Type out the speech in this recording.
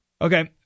Okay